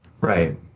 Right